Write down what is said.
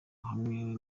hamwe